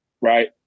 right